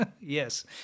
Yes